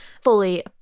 fully